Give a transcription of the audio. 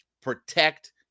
Protect